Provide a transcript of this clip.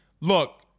Look